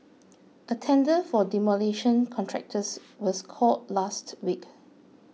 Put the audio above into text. a tender for demolition contractors was called last week